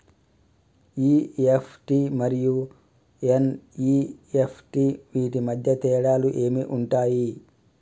EFT మరియు NEFT వీటి మధ్య తేడాలు ఏమి ఉంటాయి?